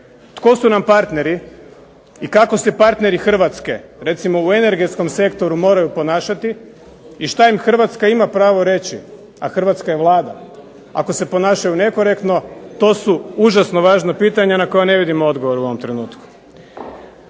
tko su nam partneri, i kako se partneri Hrvatske, recimo u energetskom sektoru moraju ponašati i šta im Hrvatska ima pravo reći, a Hrvatska je Vlada, ako se ponašaju nekorektno, to su užasno važna pitanja na koja ne vidim odgovora u ovom trenutku.